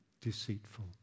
deceitful